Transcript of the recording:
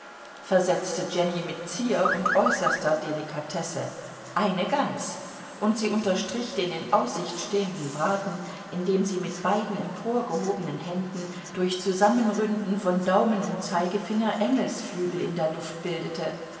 versetzte jenny mit zier und äußerster delikatesse eine gans und sie unterstrich den in aussicht stehenden braten indem sie mit beiden emporgehobenen händen durch zusammenründen von daumen und zeigefinger engelsflügel in der luft bildete